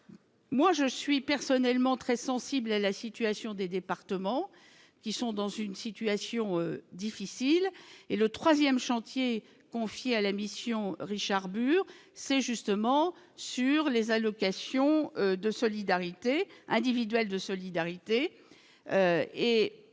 moi je suis personnellement très sensible à la situation des départements qui sont dans une situation difficile et le 3ème chantier confié à la mission Richard Burr c'est justement sur les allocations de solidarité individuelle de solidarité